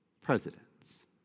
presidents